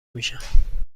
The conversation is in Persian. میشم